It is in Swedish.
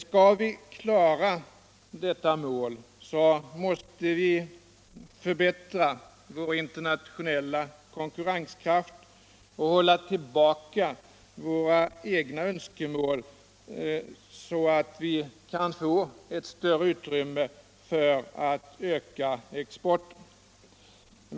Skall vi klara detta mål så måste vi förbättra vår internationella konkurrenskraft och hålla tillbaka våra egna önskemål, så att vi kan få större utrymme för att öka exporten.